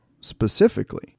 specifically